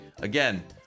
Again